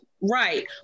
Right